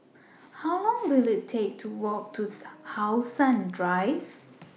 How Long Will IT Take to Walk to How Sun Drive